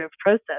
process